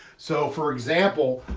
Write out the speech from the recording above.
so, for example,